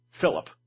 Philip